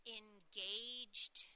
engaged